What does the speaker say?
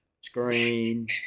Screen